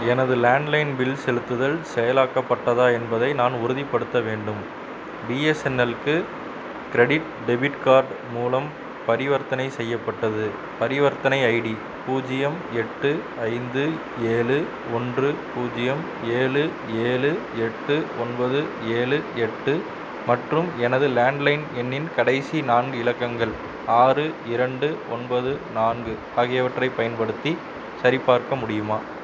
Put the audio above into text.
எனது landline bill செலுத்துதல் செயலாக்கப்பட்டதா என்பதை நான் உறுதிப்படுத்த வேண்டும் பிஎஸ்என்எல்லுக்கு க்ரெடிட் டெபிட் கார்ட் மூலம் பரிவர்த்தனை செய்யப்பட்டது பரிவர்த்தனை ஐடி பூஜ்ஜியம் எட்டு ஐந்து ஏழு ஒன்று பூஜ்ஜியம் ஏழு ஏழு எட்டு ஒன்பது ஏழு எட்டு மற்றும் எனது லேண்ட்லைன் எண்ணின் கடைசி நான்கு இலக்கங்கள் ஆறு இரண்டு ஒன்பது நான்கு ஆகியவற்றைப் பயன்படுத்தி சரிபார்க்க முடியுமா